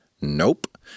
Nope